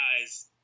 guys